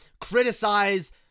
criticize